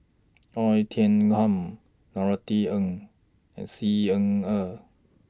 Oei Tiong Ham Norothy Ng and Xi Ying Er